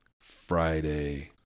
Friday –